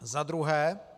Za druhé.